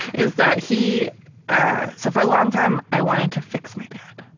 is that he ah so, for a long time, i wanted to fix my dad,